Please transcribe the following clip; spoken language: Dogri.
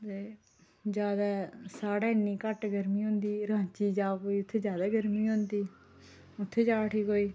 ते ज्यादै साढ़ै इन्नी घट्ट गर्मी रांची जा कोई उत्थै ज्यादा गर्मी हुंदी उत्थै जा उठी कोई